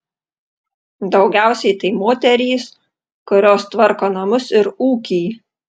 daugiausiai tai moterys kurios tvarko namus ir ūkį